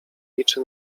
liczy